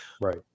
Right